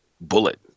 bullet